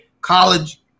college